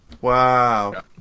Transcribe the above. Wow